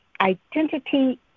identity